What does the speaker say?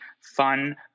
fun